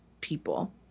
people